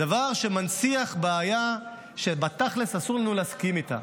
דבר שמנציח בעיה שבתכלס אסור לנו להסכים איתה.